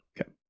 Okay